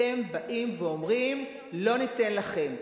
אתם באים ואומרים: לא ניתן לכם,